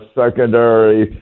secondary